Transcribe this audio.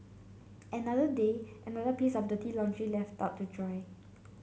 another day another piece of dirty laundry left out to dry